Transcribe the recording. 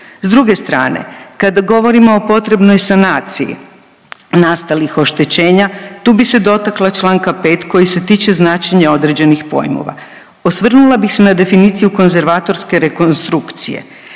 S druge strane, kada govorimo o potrebnoj sanaciji nastalih oštećenja tu bih se dotakla članka 5. koji se tiče značenja određenih pojmova. Osvrnula bih se na definiciju konzervatorske rekonstrukcije.